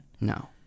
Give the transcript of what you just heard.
No